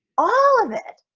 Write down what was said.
all of it.